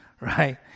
right